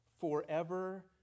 forever